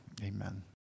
Amen